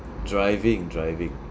driving driving